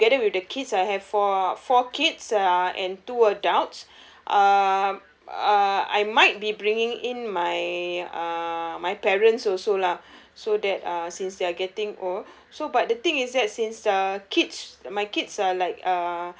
uh together with the kids I have four four kids uh and two adults um uh I might be bringing in my uh my parents also lah so that uh since they're getting old so but the thing is that since uh kids my kids are like